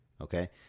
okay